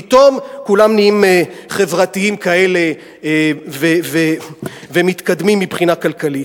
פתאום כולם נהיים חברתיים כאלה ומתקדמים מבחינה כלכלית.